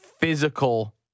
physical